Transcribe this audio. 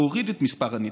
להוריד את מספר הניתוקים.